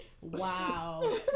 Wow